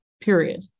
period